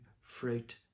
fruit